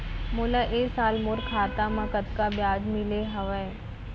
मोला ए साल मोर खाता म कतका ब्याज मिले हवये?